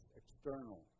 external